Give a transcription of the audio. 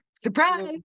surprise